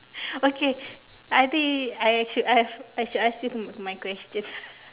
okay I think I should I should ask you my question